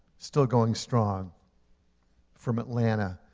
still going strong from atlanta,